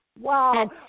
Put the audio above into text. Wow